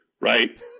Right